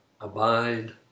abide